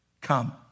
come